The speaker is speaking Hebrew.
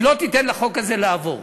היא לא תיתן לחוק הזה לעבור.